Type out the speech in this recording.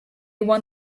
won